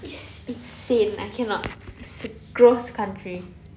it's insane I cannot it's a gross country